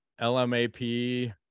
LMAP